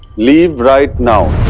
leave right now.